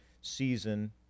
season